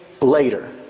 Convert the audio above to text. later